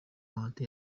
bahati